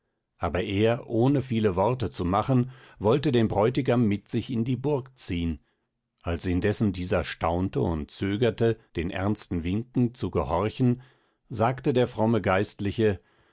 aber er ohne viele worte zu machen wollte den bräutigam mit sich in die burg ziehn als indessen dieser staunte und zögerte den ernsten winken zu gehorchen sagte der fromme geistliche